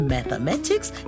Mathematics